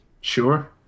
Sure